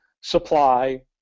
supply